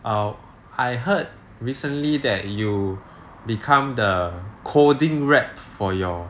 oh I heard recently that you become the coding rep for your